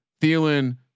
Thielen